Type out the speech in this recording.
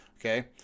okay